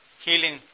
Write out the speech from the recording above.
healing